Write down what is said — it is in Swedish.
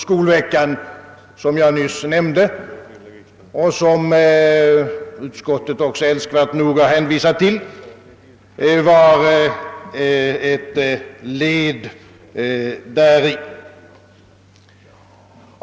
Skolveckan, som jag nyss nämnde och som utskottet också älskvärt nog har omnämnt, var ett led däri.